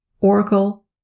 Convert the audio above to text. oracle